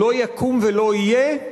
לא יקום ולא יהיה,